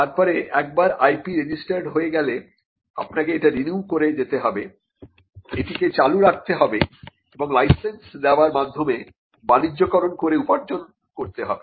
তারপরে একবার IP registered হয়ে গেলে আপনাকে এটি রিনিউ করে যেতে হবে এটিকে চালু রাখতে হবে এবং লাইসেন্স দেবার মাধ্যমে বাণিজ্যকরণ করে উপার্জন করতে হবে